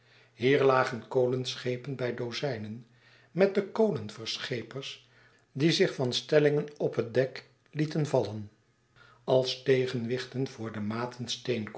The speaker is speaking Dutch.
hier lagen kolenschepen bij dozijnen met de kolenverschepers die zich van stellingen op hetdek lieten vallen als tegenwichten voor de maten